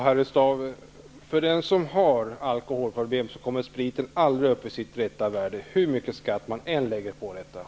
Herr talman! För den som har alkoholproblem, herr Staaf, kommer spriten aldrig upp i sitt rätta värde, hur mycket skatt man än lägger på den.